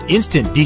Instant